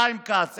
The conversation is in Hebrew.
חיים כץ,